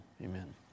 amen